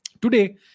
Today